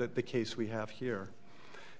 at the case we have here